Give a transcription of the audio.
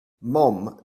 mom